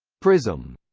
prism.